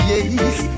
Yes